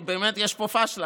כי באמת יש פה פשלה.